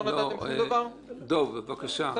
אני